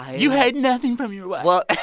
you hide nothing from your wife. well,